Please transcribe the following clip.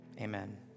Amen